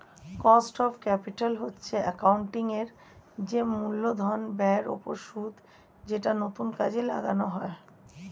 cost of capital হচ্ছে accounting এর যে মূলধন ব্যয়ের ওপর সুদ যেটা নতুন কাজে লাগানো হয়